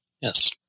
Yes